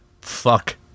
fuck